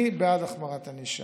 אני בעד החמרת ענישה.